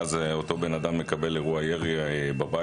ואז אותו בן אדם מקבל אירוע ירי בבית.